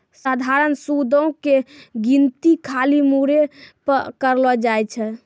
सधारण सूदो के गिनती खाली मूरे पे करलो जाय छै